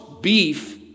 beef